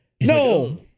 No